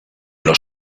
los